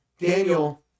Daniel